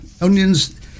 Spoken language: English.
onions